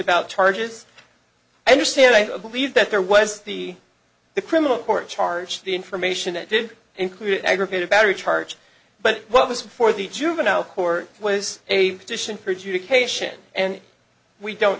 about charges i understand i believe that there was the the criminal court charge the information that did include an aggravated battery charge but what was for the juvenile court was a petition for due to cation and we don't